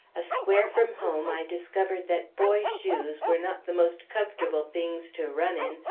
a square from home, i discovered that boy shoes were not the most comfortable things to run in,